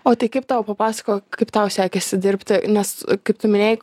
o tai kaip tau papasakok kaip tau sekėsi dirbti nes kaip tu minėjai